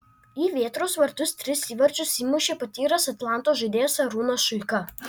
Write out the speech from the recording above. į vėtros vartus tris įvarčius įmušė patyręs atlanto žaidėjas arūnas šuika